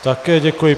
Také děkuji.